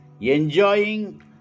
enjoying